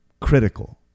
critical